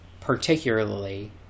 particularly